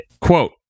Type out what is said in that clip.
quote